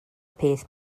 peth